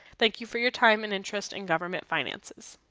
thank you for your time and interest in government finances.